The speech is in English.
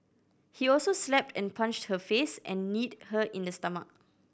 he also slapped and punched her face and kneed her in the stomach